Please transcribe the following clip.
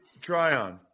Tryon